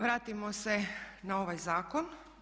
Vratimo se na ovaj zakon.